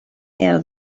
here